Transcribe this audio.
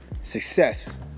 Success